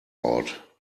out